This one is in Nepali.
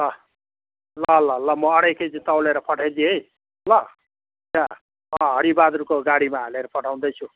अँ ल ल ल ल म अढाई केजी तौलेर पठाइदिएँ है ल त्यहाँ अँ हरिबहादुरको गाडीमा हालेर पठाउँदैछु